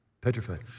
petrified